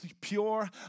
pure